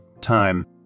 time